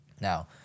Now